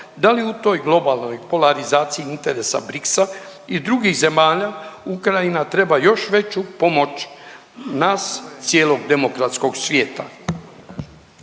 Da li u toj globalnoj polarizaciji interesa Brixa i drugih zemalja, Ukrajina treba još veću pomoć nas cijelog demokratskog svijeta.